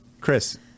Chris